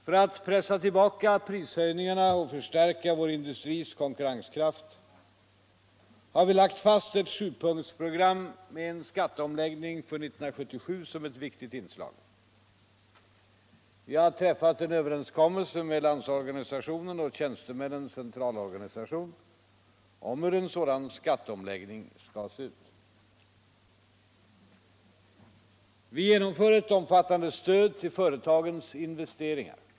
För att pressa tillbaka prishöjningarna och förstärka vår industris konkurrenskraft har vi lagt fast ett sjupunktsprogram med en skatteomläggning för 1977 som ett viktigt inslag. Vi har träffat en överenskommelse med Landsorganisationen och Tjänstemännens centralorganisation om hur en sådan skatteomläggning skall se ut. Vi genomför ett omfattande stöd till företagens investeringar.